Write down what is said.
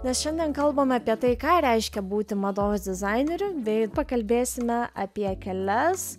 nes šiandien kalbame apie tai ką reiškia būti mados dizaineriu bei pakalbėsime apie kelias